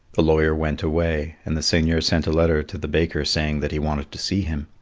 the lawyer went away, and the seigneur sent a letter to the baker saying that he wanted to see him.